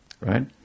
right